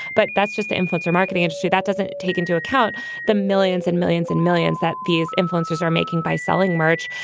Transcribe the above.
but that's just the influencer marketing industry that doesn't take into account the millions and millions and millions that these influencers are making by selling merch,